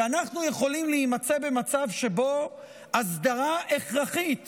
כי אנחנו יכולים להימצא במצב שבו אסדרה הכרחית